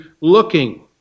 looking